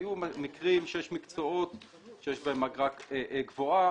היו מקרים של מקצועות שיש בהם אגרה גבוהה,